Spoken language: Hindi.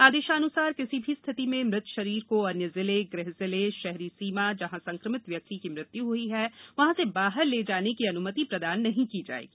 आदेशानुसार किसी भी स्थिति में मृत शरीर को अन्यत्र जिले गृह जिले शहरी सीमा जहाँ संक्रमित व्यक्ति की मृत्यु हई है वहाँ से बाहर ले जाने की अनुमति प्रदान नहीं की जायेगी